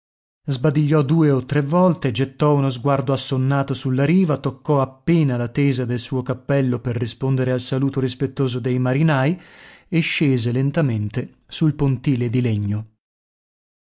sbadigliò due o tre volte gettò uno sguardo assonnato sulla riva toccò appena la tesa del suo cappello per rispondere al saluto rispettoso dei marinai e scese lentamente sul pontile di legno